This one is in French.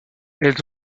elles